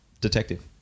detective